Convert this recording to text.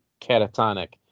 catatonic